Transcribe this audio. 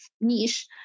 niche